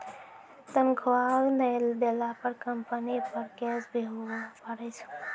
तनख्वाह नय देला पर कम्पनी पर केस भी हुआ पारै छै